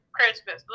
Christmas